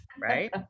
Right